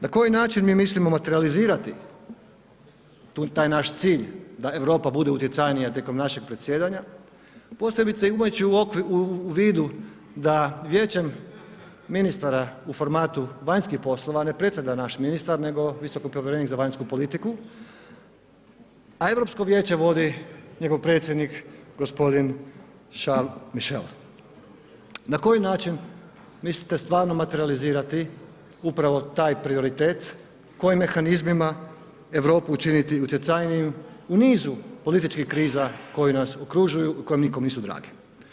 Na koji način mi mislimo materijalizirati taj naš cilj da Europa bude utjecajnija tijekom našeg predsjedanja, posebice imajući u vidu da Vijećem ministara u formatu vanjskih poslova ne predsjeda naš ministar nego visoki povjerenik za vanjsku politiku, a Europsko Vijeće vodi njegov predsjednik g. Charles Michele, na koji način mislite stvarno materijalizirati upravo taj prioritet, kojim mehanizmima Europu učiniti utjecajnijim u nizu političkih kriza koji nas okružuju, koji nikom nisu dragi?